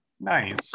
Nice